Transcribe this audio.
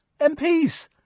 MPs